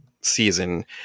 season